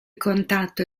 contatto